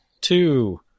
two